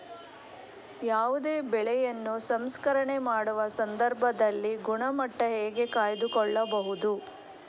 ಯಾವುದೇ ಬೆಳೆಯನ್ನು ಸಂಸ್ಕರಣೆ ಮಾಡುವ ಸಂದರ್ಭದಲ್ಲಿ ಗುಣಮಟ್ಟ ಹೇಗೆ ಕಾಯ್ದು ಕೊಳ್ಳಬಹುದು?